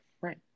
Right